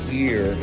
year